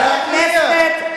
חבר הכנסת עפו אגבאריה.